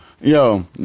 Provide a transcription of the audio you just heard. Yo